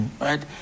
right